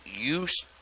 use